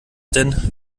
denn